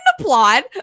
applaud